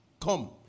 come